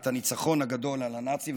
את הניצחון הגדול על הנאצים,